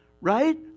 right